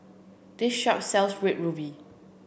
this shop sells red ruby